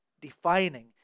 defining